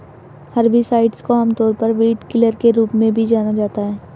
herbicides को आमतौर पर वीडकिलर के रूप में भी जाना जाता है